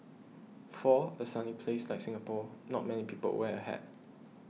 for a sunny place like Singapore not many people wear a hat